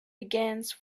begins